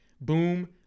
boom